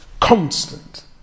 constant